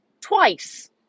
twice